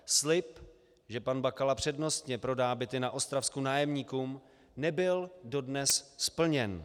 Slib, že pan Bakala přednostně prodá byty na Ostravsku nájemníkům, nebyl dodnes splněn.